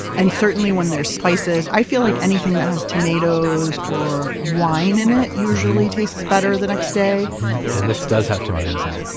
and certainly when they're spices, i feel like anything that has tomatoes or wine in it usually tastes better the next day and this does have tomatoes in it.